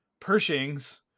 Pershings